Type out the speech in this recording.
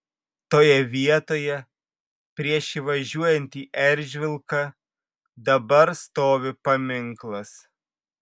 toje vietoje prieš įvažiuojant į eržvilką dabar stovi paminklas